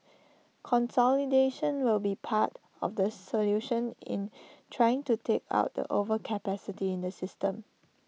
consolidation will be part of the solution in trying to take out the overcapacity in the system